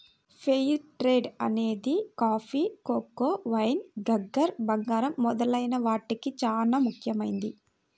fair trade అనేది coffee, cocoa, wine, sugar, బంగారం మొదలైన వాటికి చానా ముఖ్యమైనది